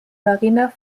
marina